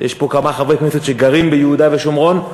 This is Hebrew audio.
יש פה כמה חברי כנסת שגרים ביהודה ושומרון.